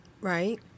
right